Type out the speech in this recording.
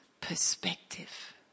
perspective